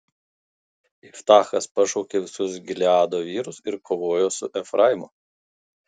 iftachas pašaukė visus gileado vyrus ir kovojo su efraimu